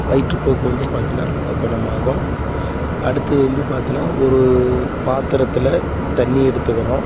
வயிற்றுப்போக்கு வந்து பார்த்தின்னா குணமாகும் அடுத்தது வந்து பார்த்தின்னா ஒரு பாத்திரத்துல தண்ணியை எடுத்துக்கிறோம்